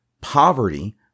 poverty